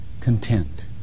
content